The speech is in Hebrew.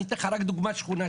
אני אתן לך רק דוגמה שכונתית.